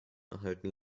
erhalten